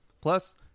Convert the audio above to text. Plus